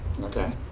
okay